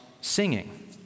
singing